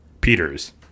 Peters